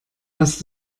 hast